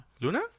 Luna